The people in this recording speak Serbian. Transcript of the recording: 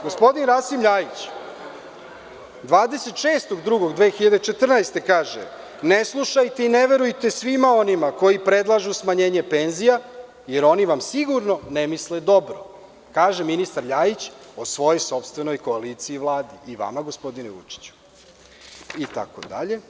Gospodin Rasim Ljajić, 26.2.2014. godine kaže – ne slušajte i ne verujte svima onima koji predlažu smanjenje penzija, jer oni vam sigurno ne misle dobro, kaže ministar Ljajić o svojoj sopstvenoj koaliciji i Vladi i vama gospodine Vučiću, itd.